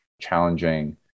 challenging